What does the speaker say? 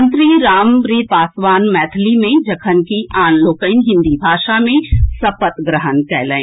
मंत्री रामप्रीत पासवान मैथिली मे जखनकि आन लोकनि हिन्दी भाषा मे सपत ग्रहण कयलनि